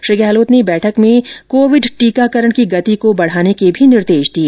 श्री गहलोत ने बैठक में कोविड टीकाकरण की गति को बढ़ाने के भी निर्देश दिए